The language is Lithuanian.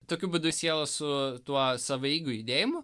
tokiu būdu siela su tuo savaeigiu judėjimu